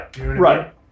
right